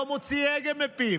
לא מוציא הגה מפיו,